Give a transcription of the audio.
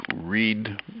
read